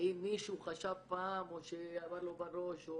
האם מישהו חשב פעם או שעבר לו בראש.